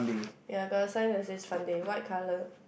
ya got assign that is the front deck white colour